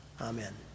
Amen